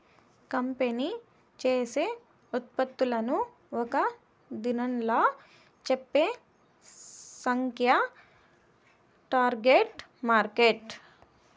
company చేసే ఉత్పత్తులను ఒక్క దినంలా చెప్పే సంఖ్యే టార్గెట్ మార్కెట్